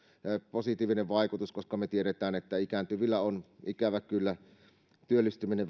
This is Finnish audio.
positiivinen vaikutus koska me tiedämme että ikääntyvillä on ikävä kyllä työllistyminen